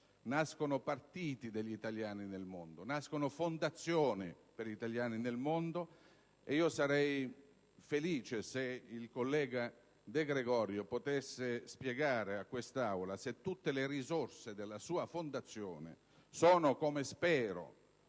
Nascono partiti degli italiani nel mondo; nascono fondazioni per gli italiani nel mondo e sarei felice se il collega De Gregorio potesse spiegare a quest'Aula che tutte le risorse della sua fondazione sono - come spero